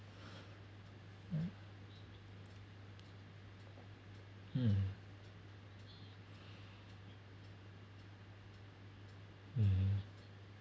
mm mm mmhmm